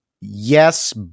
yes